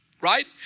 right